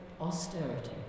austerity